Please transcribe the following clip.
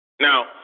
Now